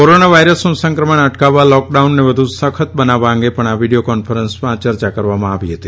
corona વાયરસનું સંક્રમણ અટકાવવા લોકડાઉનને વધુ સખ્ત બનાવવા અંગે પણ આ વિડીયોકોન્ફરન્સમાં ચર્ચા કરવામાં આવી હતી